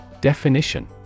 Definition